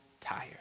tired